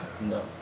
No